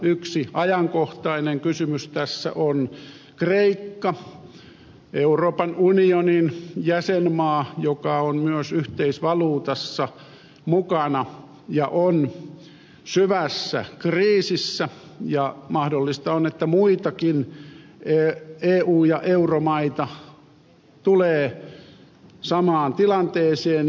yksi ajankohtainen kysymys tässä on kreikka euroopan unionin jäsenmaa joka on myös yhteisvaluutassa mukana ja on syvässä kriisissä ja mahdollista on että muitakin eu ja euromaita tulee samaan tilanteeseen